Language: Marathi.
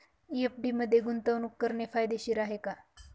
एफ.डी मध्ये गुंतवणूक करणे फायदेशीर आहे का?